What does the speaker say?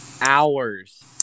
hours